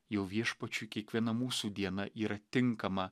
jau viešpačiui kiekviena mūsų diena yra tinkama